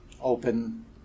open